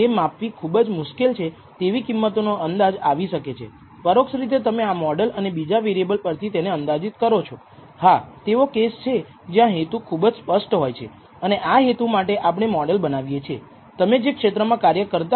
જ્યારે least square પદ્ધતિનો ઉપયોગ કરીને રેખીય મોડેલ ફીટ કરીએ છીએ ત્યારે આપણે ભૂલો વિશેના ઘણા વિકલ્પો બનાવીએ છીએ જે આશ્રિત ચલ માપને બગાડે છે